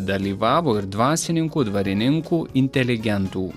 dalyvavo ir dvasininkų dvarininkų inteligentų